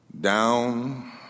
down